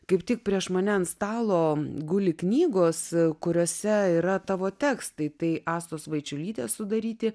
kaip tik prieš mane ant stalo guli knygos kuriose yra tavo tekstai tai astos vaičiulytės sudaryti